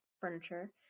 furniture